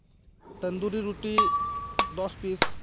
ᱛᱚᱱᱫᱩᱨᱤ ᱨᱩᱴᱤ ᱫᱚᱥ ᱯᱤᱥ